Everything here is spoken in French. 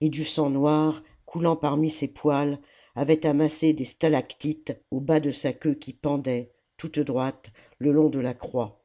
et du sang noir coulant parmi ses poils avait amassé des stalactites au bas de sa queue qui pendait toute droite le long de la croix